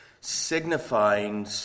signifying